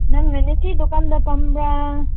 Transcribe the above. ꯅꯪꯅ ꯅꯨꯡꯇꯤ ꯗꯨꯀꯥꯟꯗ ꯐꯝꯕ꯭ꯔꯥ